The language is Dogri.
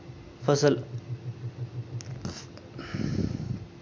फसल